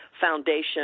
foundation